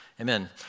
Amen